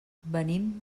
venim